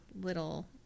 little